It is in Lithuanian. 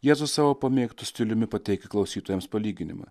jėzus savo pamėgtu stiliumi pateikia klausytojams palyginimą